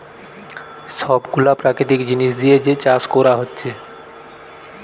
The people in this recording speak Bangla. সব গুলা প্রাকৃতিক জিনিস দিয়ে যে চাষ কোরা হচ্ছে